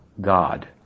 God